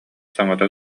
саҥата